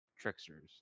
tricksters